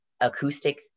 acoustic